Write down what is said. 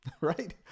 right